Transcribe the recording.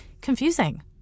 confusing